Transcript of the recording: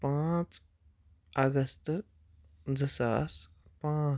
پانٛژھ اگستہٕ زٕ ساس پانٛژھ